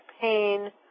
pain